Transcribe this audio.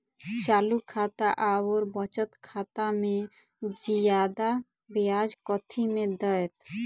चालू खाता आओर बचत खातामे जियादा ब्याज कथी मे दैत?